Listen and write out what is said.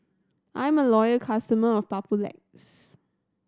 I'm a loyal customer of Papulex